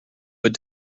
but